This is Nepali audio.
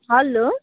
हेलो